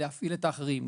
להפעיל את האחרים,